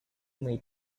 may